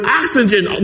oxygen